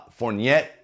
Fournette